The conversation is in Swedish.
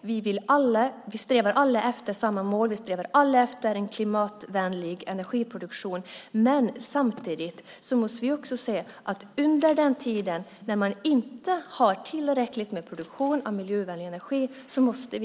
Vi strävar alla efter samma mål, en klimatvänlig energiproduktion. Men samtidigt måste vi se att under den tid det inte finns tillräcklig produktion av miljövänlig energi har